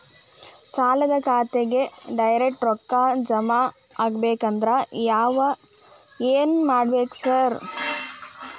ಸಾಲದ ಖಾತೆಗೆ ಡೈರೆಕ್ಟ್ ರೊಕ್ಕಾ ಜಮಾ ಆಗ್ಬೇಕಂದ್ರ ಏನ್ ಮಾಡ್ಬೇಕ್ ಸಾರ್?